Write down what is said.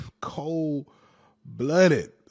cold-blooded